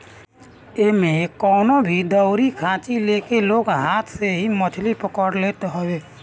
एमे कवनो भी दउरी खाची लेके लोग हाथ से ही मछरी पकड़ लेत हवे